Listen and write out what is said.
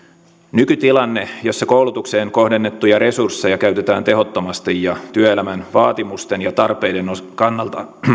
nykytilanne jossa koulutukseen kohdennettuja resursseja käytetään tehottomasti ja työelämän vaatimusten ja tarpeiden kannalta